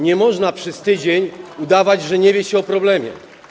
Nie można przez tydzień udawać, że nie wie się o problemie.